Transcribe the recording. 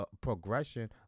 progression